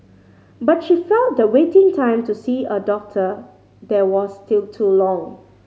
but she felt the waiting time to see a doctor there was still too long